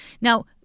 Now